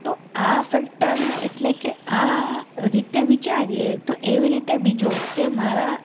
તો આ ફેક્ટરને એટલે કે આ રીતે વિચારીએ તો એવી રીતે બીજો કે મારા